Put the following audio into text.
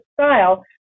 style